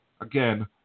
again